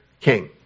king